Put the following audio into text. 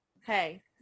hey